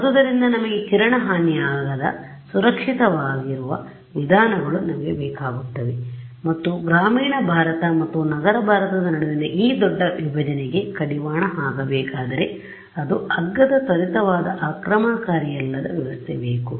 ಆದ್ದರಿಂದ ನಮಗೆ ಕಿರಣ ಹಾನಿಯಾಗದ ಸುರಕ್ಷಿತವಾಗಿವ ವಿಧಾನಗಳು ನಮಗೆ ಬೇಕಾಗುತ್ತವೆ ಮತ್ತು ಗ್ರಾಮೀಣ ಭಾರತ ಮತ್ತು ನಗರ ಭಾರತದ ನಡುವಿನ ಈ ದೊಡ್ಡ ವಿಭಜನೆಗೆ ಕಡಿವಾಣ ಹಾಕಬೇಕಾದರೆ ಅದು ಅಗ್ಗದ ತ್ವರಿತವಾದ ಆಕ್ರಮಣಕಾರಿಯಲ್ಲದ ವ್ಯವಸ್ಥೆ ಬೇಕು